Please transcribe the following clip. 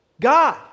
God